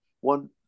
one